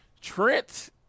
Trent